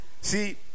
See